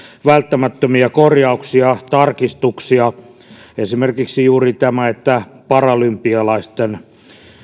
välttämättömiä korjauksia tarkistuksia esimerkiksi juuri tämä että paralympialaisten